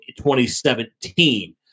2017